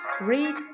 read